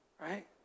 right